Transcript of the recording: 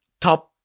top